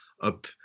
up